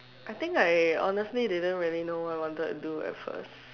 I think I honestly didn't really know what I wanted to do at first